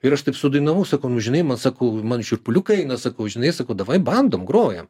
ir aš taip sudainavau sakau nu žinai man sakau man šiurpuliukai eina sakau žinai sakau davai bandom grojam